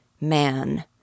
Man